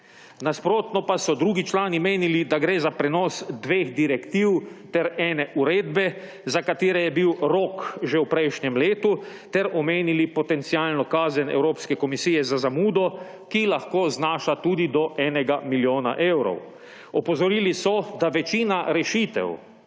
Nasprotno pa so drugi člani menili, da gre za prenos dveh direktiv ter ene uredbe, za katere je bil rok že v prejšnjem letu, ter omenili potencialno kazen Evropske komisije za zamudo, ki lahko znaša tudi do enega milijona evrov. Opozorili so, da večina rešitev,